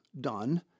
done